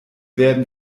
werden